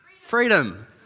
freedom